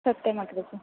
सत्यमग्रज